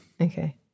Okay